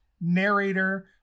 narrator